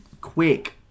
quick